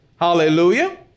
Hallelujah